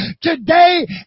today